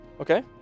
Okay